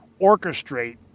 orchestrate